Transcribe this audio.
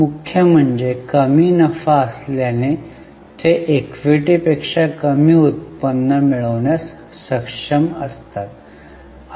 मुख्य म्हणजे कमी नफा असल्याने ते इक्विटीपेक्षा कमी उत्पन्न मिळविण्यास सक्षम असतात